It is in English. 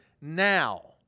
now